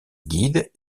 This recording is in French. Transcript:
guide